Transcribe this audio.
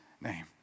name